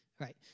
Right